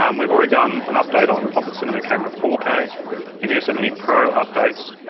um we've already done an update on pocket cinema camera four k and the ursa mini pro updates